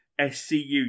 SCU